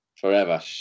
forever